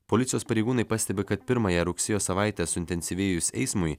policijos pareigūnai pastebi kad pirmąją rugsėjo savaitę suintensyvėjus eismui